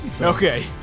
Okay